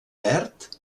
verd